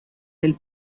del